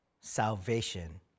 Salvation